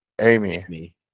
amy